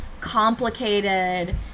complicated